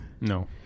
No